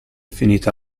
finita